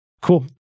Cool